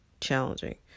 challenging